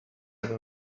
them